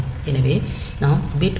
எனவே நாம் பிட் 1